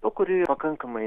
tų kurių yra pakankamai